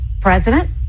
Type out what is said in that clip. president